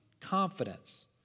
confidence